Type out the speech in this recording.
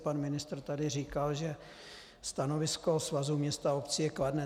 Pan ministr tady říkal, že stanovisko Svazu měst a obcí je kladné.